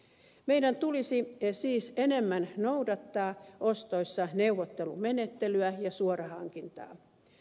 meidän tulisi siis enemmän noudattaa ostoissa neuvottelumenettelyä ja suorahankintaa